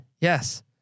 Yes